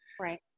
Right